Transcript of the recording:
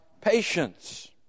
patience